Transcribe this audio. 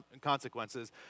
consequences